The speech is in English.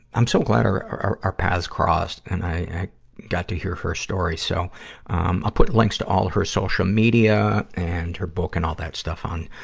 i'm so glad our, our, paths crossed and i, i got to hear her story. so, um, i'll put links to all her social media and her book and all that stuff on,